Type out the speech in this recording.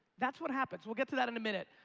that's what happens. we'll get to that in a minute.